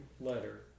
letter